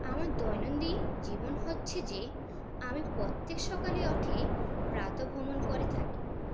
আমার দৈনন্দিন জীবন হচ্ছে যে আমি প্রত্যেক সকালে উঠে প্রাতঃভ্রমণ করে থাকি